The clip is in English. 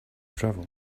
travel